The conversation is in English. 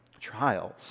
Trials